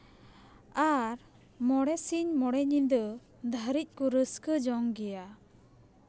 ᱟᱨ ᱢᱚᱬᱮ ᱥᱤᱧ ᱢᱚᱬᱮ ᱧᱤᱫᱟᱹ ᱫᱷᱟᱹᱨᱤᱡ ᱠᱚ ᱨᱟᱹᱥᱠᱟᱹ ᱡᱚᱝ ᱜᱮᱭᱟ